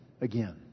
again